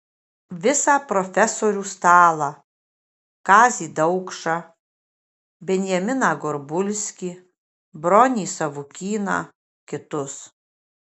visą profesorių stalą kazį daukšą benjaminą gorbulskį bronį savukyną kitus